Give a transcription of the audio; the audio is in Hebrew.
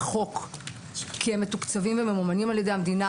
חוק כי הם מתוקצבים וממומנים על ידי המדינה.